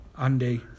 Andy